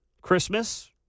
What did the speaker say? Christmas